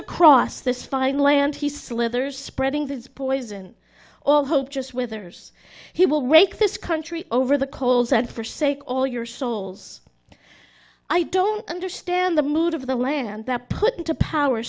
across this fine land he slithers spreading this poison all hope just withers he will rake this country over the coals and for sake all your souls i dont understand the mood of the land that put into power